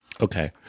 Okay